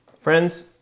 Friends